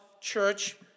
church